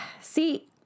See